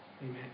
Amen